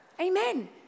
Amen